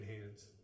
hands